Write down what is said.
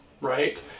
right